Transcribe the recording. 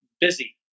busy